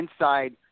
inside